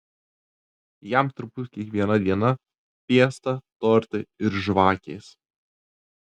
jam turbūt kiekviena diena fiesta tortai ir žvakės